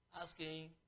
Asking